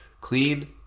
clean